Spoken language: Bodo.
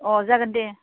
अह जागोन दे